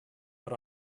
but